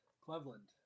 Cleveland